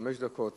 חמש דקות,